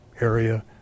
area